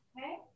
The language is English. okay